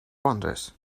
wonders